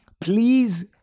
please